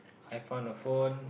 I found a phone